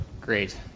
Great